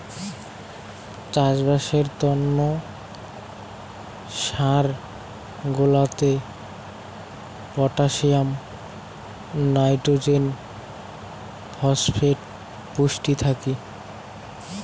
চাষবাসের তন্ন সার গুলাতে পটাসিয়াম, নাইট্রোজেন, ফসফেট পুষ্টি থাকি